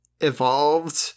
evolved